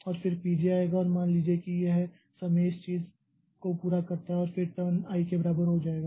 और फिर से P j आएगा और मान लीजिए कि यह समय इस चीज़ को पूरा करता है और फिर टर्न i बराबर हो जाएगा